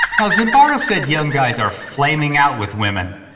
now, zimbardo said young guys are flaming out with women,